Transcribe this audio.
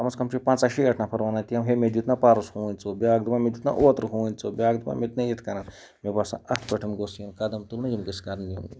کَم از کَم چھِ پنٛژاہ شیٹھ نفر وَنان تِم ہے مےٚ دیُت نا پَرُس ہوٗنۍ ژوٚپ بیٛاکھ دَپان مےٚ دیُت نا اوترٕ ہوٗنۍ ژوٚپ بیٛاکھ دَپان مےٚ دیُت نا یِتھ کَنَن مےٚ باسان اَتھ پٮ۪ٹھ گوٚژھ یُن قدم تُلنہٕ یِم گٔژھۍ کَرٕنۍ یِم